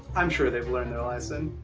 i'm sure they have learnt their lesson!